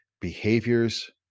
behaviors